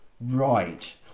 Right